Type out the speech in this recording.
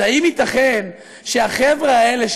אז האם ייתכן שהחבר'ה האלה,